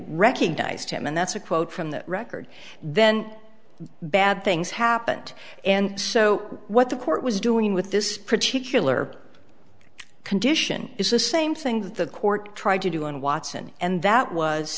recognized him and that's a quote from the record then bad things happened and so what the court was doing with this particular condition is the same thing that the court tried to do in watson and that was